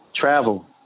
Travel